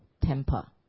temper